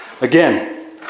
Again